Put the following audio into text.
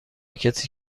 کسی